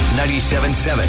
97.7